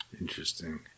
Interesting